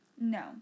No